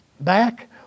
back